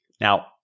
Now